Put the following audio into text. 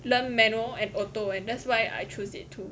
learn manual and auto and that's why I choose it too